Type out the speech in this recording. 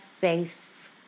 faith